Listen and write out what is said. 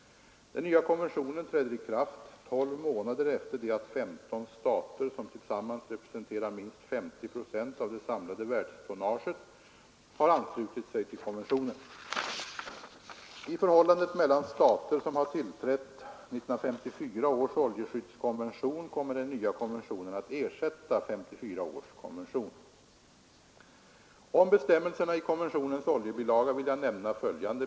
Den nya konventionen träder i kraft tolv månader efter det att femton stater, som tillsammans representerar minst 50 procent av det samlade världstonnaget, har anslutit sig till konventionen. I förhållandet mellan stater som har tillträtt 1954 års oljeskyddskonvention kommer den nya konventionen att ersätta 1954 års konvention. Om bestämmelserna i konventionens oljebilaga vill jag nämna följande.